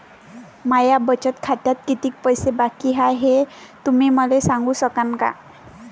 माया बचत खात्यात कितीक पैसे बाकी हाय, हे तुम्ही मले सांगू सकानं का?